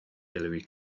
hillary